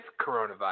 coronavirus